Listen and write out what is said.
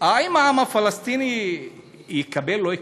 האם העם הפלסטיני יקבל או לא יקבל,